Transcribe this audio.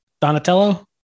Donatello